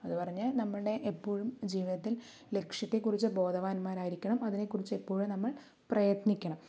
അതു പറഞ്ഞ് നമ്മുടെ എപ്പോഴും ജീവിതത്തിൽ ലക്ഷ്യത്തെക്കുറിച്ച് ബോധവാന്മാരായിരിക്കണം അതിനെക്കുറിച്ച് എപ്പോഴും നമ്മൾ പ്രയത്നിക്കണം